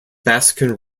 baskin